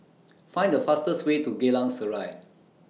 Find The fastest Way to Geylang Serai